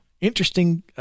interesting